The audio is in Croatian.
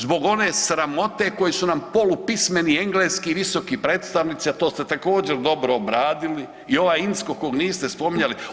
Zbog one sramote koju su nam polupismeni engleski visoki predstavnici, a to ste također dobro obradili i ovaj … kojeg niste spominjali.